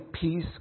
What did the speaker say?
peace